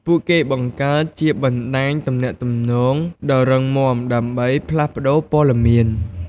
ពួកគេបង្កើតជាបណ្តាញទំនាក់ទំនងដ៏រឹងមាំ ដើម្បីផ្លាស់ប្តូរព័ត៌មាន។